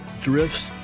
drifts